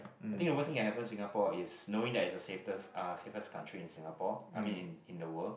I think the worst thing that happen to Singapore is knowing that it's the safest uh safest country in Singapore I mean in in the world